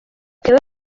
hatewe